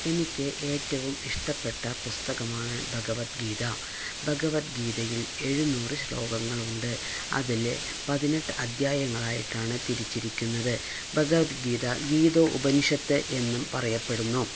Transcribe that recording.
എനിക്ക് ഏറ്റവും ഇഷ്ടപെട്ട പുസ്തകമാണ് ഭഗവത്ഗീത ഭഗവത്ഗീതയിൽ എഴുന്നൂറ് ശ്ലോകങ്ങളുണ്ട് അതില് പതിനെട്ട് അദ്ധ്യായങ്ങളായിട്ടാണ് തിരിച്ചിരിക്കുന്നത് ഭഗവത്ഗീത ഗീതോ ഉപനിഷത്ത് എന്നും പറയപ്പെടുന്നു